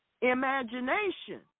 imagination